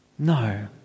No